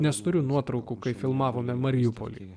nes turiu nuotraukų kai filmavome marijampolėje